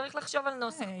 צריך לחשוב על נוסח פה.